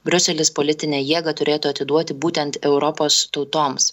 briuselis politinę jėgą turėtų atiduoti būtent europos tautoms